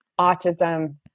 autism